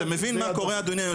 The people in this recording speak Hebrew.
אתה מבין מה קורה אדוני יושב הראש?